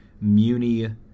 Muni